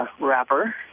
wrapper